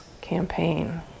campaign